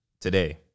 today